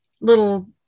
little